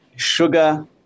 sugar